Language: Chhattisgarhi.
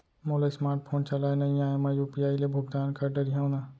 मोला स्मार्ट फोन चलाए नई आए मैं यू.पी.आई ले भुगतान कर डरिहंव न?